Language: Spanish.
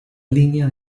línea